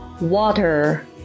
Water